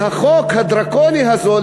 והחוק הדרקוני הזה,